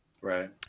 Right